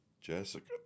Jessica